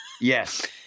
Yes